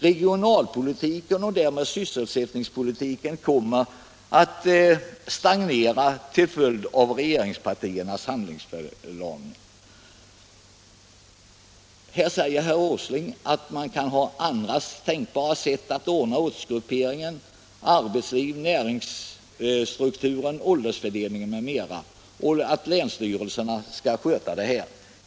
Regionalpolitiken och därmed sysselsättningspolitiken kommer att stagnera till följd av regeringspartiernas handlingsförlamning. Herr Åsling framhåller att det finns andra tänkbara sätt att ordna ortsgruppering, arbetsliv, näringsstruktur, åldersfördelning m.m. och att länsstyrelserna skall sköta detta.